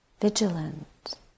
vigilant